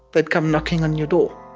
they'd come knocking on your door.